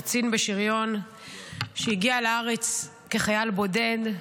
קצין בשריון שהגיע לארץ כחייל בודד,